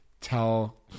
tell